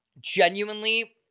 Genuinely